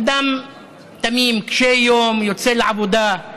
אדם תמים, קשה יום, יוצא לעבודה.